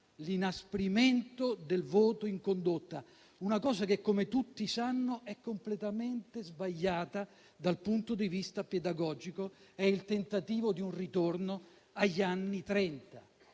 l'inasprimento del voto in condotta, cosa che, come tutti sanno, è completamente sbagliata dal punto di vista pedagogico. È il tentativo di un ritorno agli anni